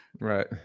Right